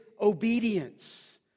obedience